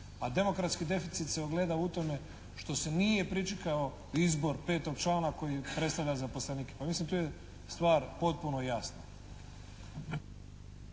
A demokratski deficit se ogleda u tome što se nije pričekao izbor petog člana koji predstavlja zaposlenike. Pa mislim, tu je stvar potpuno jasna.